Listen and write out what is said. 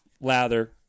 lather